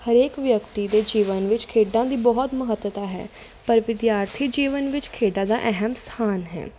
ਹਰੇਕ ਵਿਅਕਤੀ ਦੇ ਜੀਵਨ ਵਿੱਚ ਖੇਡਾਂ ਦੀ ਬਹੁਤ ਮਹੱਤਤਾ ਹੈ ਪਰ ਵਿਦਿਆਰਥੀ ਜੀਵਨ ਵਿੱਚ ਖੇਡਾਂ ਦਾ ਅਹਿਮ ਸਥਾਨ ਹੈ